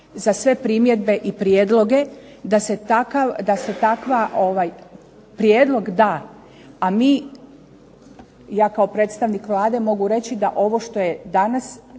za sve primjedbe i prijedloge da se takav prijedlog da. A mi ja kao predstavnik Vlade mogu reći da ovo što je danas